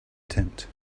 tent